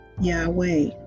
Yahweh